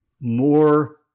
more